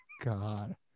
God